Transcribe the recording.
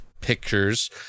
pictures